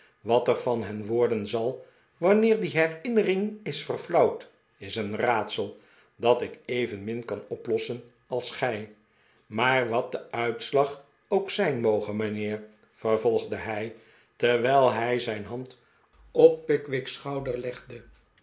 wat er van hen worden zal wanneer die herinnering is verflauwd is een raadsel dat ik evenmin kan oplossen als gij maar wat de uitslag ook zijn moge mijnheer vervolgde hij terwijl hij zijn hand op pickwick's